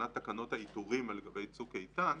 בהתקנת תקנות העיטורים לגבי "צוק איתן",